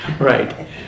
Right